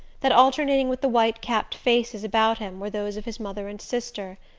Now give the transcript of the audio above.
that alternating with the white-capped faces about him were those of his mother and sister,